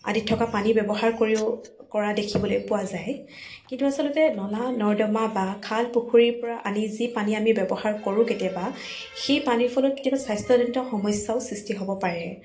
আদিত থকা পানী ব্যৱহাৰ কৰিও কৰা দেখিবলৈ পোৱা যায় কিন্তু আচলতে নলা নৰ্দমা বা খাল পুখুৰীৰ পৰা আনি যি পানী আমি ব্যৱহাৰ কৰোঁ কেতিয়াবা সেই পানীৰ ফলত কেতিয়াবা স্বাস্থ্যজনিত সমস্যাও সৃষ্টি হ'ব পাৰে